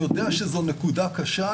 גם פה אני אבקש מאוד שלא יפריעו לי.